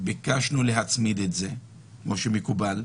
ביקשנו להצמיד את זה, כמו שמקובל,